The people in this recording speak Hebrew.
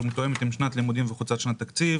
מתואמות עם שנת לימודים וחוצות שנת תקציב.